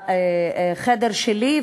לחדר שלי,